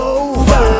over